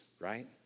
Right